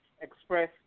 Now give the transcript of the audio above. express